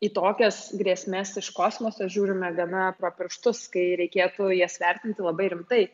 į tokias grėsmes iš kosmoso žiūrime gana pro pirštus kai reikėtų jas vertinti labai rimtai